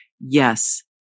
yes